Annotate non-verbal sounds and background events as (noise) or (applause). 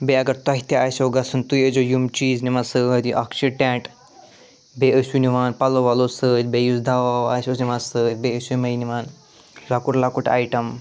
بیٚیہِ اگر تۄہہِ تہِ آسیٛو گژھُن تُہۍ ٲسۍ زیٛو یِم چیٖز نِوان سۭتۍ یہِ اَکھ چھُ ٹیٚنٛٹ بیٚیہِ ٲسِو نِوان پَلو وَلو سۭتۍ بیٚیہِ یُس دوا ووا آسیٛو (unintelligible) نِوان سۭتۍ بیٚیہِ ٲسیٛو یِمٔے نِوان لۄکُٹ لۄکُٹ آیٹَم